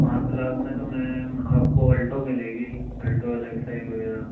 आठ लाख में तो मैम आपको ओल्टो मिलेगी अल्टो एल एक्स आई वगैरह